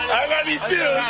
i love you, too.